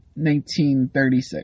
1936